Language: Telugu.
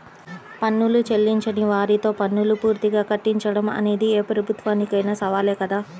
పన్నులు చెల్లించని వారితో పన్నులు పూర్తిగా కట్టించడం అనేది ఏ ప్రభుత్వానికైనా సవాలే కదా